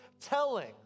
telling